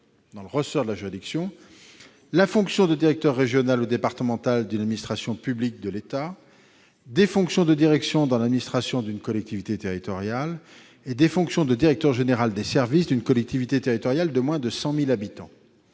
dans le ressort de cette juridiction, la fonction de directeur régional ou départemental d'une administration publique de l'État, des fonctions de direction dans l'administration d'une collectivité territoriale et des fonctions de directeur général des services d'une collectivité territoriale de moins de 100 000 habitants.